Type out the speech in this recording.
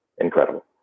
incredible